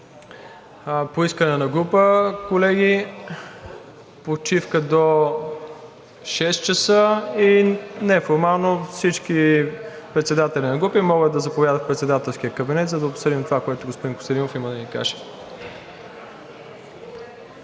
По искане на група, колеги, почивка до 18,00 ч. и неформално всички председатели на групи могат да заповядат в председателския кабинет, за да обсъдим това, което господин Костадинов има да ни каже.